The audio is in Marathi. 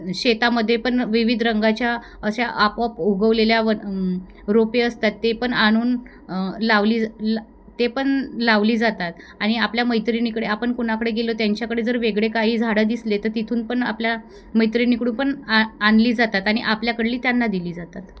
शेतामध्ये पण विविध रंगाच्या अशा आपोआप उगवलेल्या वन रोपे असतात ते पण आणून लावली ला ते पण लावली जातात आणि आपल्या मैत्रिणीकडे आपण कुणाकडे गेलो त्यांच्याकडे जर वेगळे काही झाडं दिसले तर तिथून पण आपल्या मैत्रिणीकडून पण आ आणली जातात आणि आपल्याकडली त्यांना दिली जातात